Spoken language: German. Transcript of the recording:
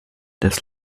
das